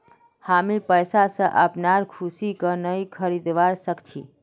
हामी पैसा स अपनार खुशीक नइ खरीदवा सख छि